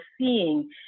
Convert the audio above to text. seeing